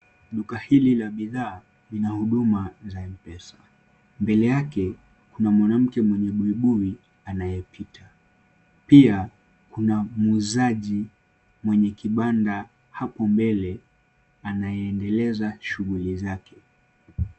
Duka hili la bidhaa lina huduma za M-pesa. Mbele yake kuna mwanamke mwenye buibui anayepita. Pia kuna muuzaji mwenye kibanda hapo mbele, anayeendeleza shughuli zake.